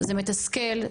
זה מתסכל.